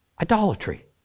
idolatry